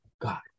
God